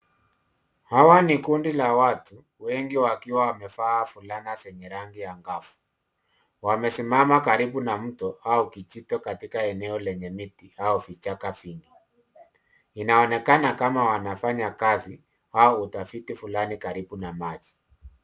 Hawa ni kundi la watu wengi wakiwa wamevaa fulana zenya rangi angavu. Wamesimama karibu na mto au kijito katika eneo lenye mti au vichaka vingi. Inaonekana kama wanafanya kazi au utafiti fulani karibu na maji.